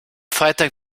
freitag